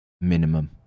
Minimum